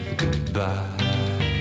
goodbye